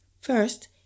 First